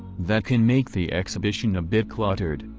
that can make the exhibition a bit cluttered,